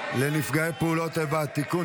לנפגעי פעולות איבה (תיקון,